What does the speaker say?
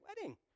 wedding